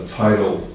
title